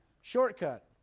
Shortcut